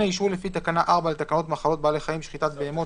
(8) אישור לפי תקנה 4 לתקנות מחלות בעלי חיים (שחיטת בהמות),